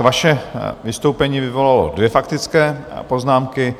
Vaše vystoupení vyvolalo dvě faktické poznámky.